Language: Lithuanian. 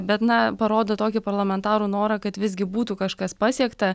bet na parodo tokį parlamentarų norą kad visgi būtų kažkas pasiekta